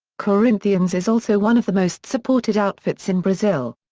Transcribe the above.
corinthians is also one of the most supported outfits in brazil.